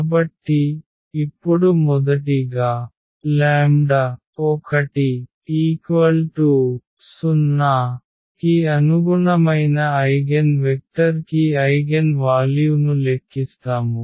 కాబట్టి ఇప్పుడు మొదటి గా 10 కి అనుగుణమైన ఐగెన్వెక్టర్ కి ఐగెన్వాల్యూను లెక్కిస్తాము